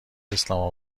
اسلام